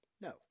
No